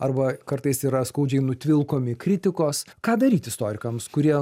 arba kartais yra skaudžiai nutvilkomi kritikos ką daryt istorikams kurie